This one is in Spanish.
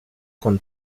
con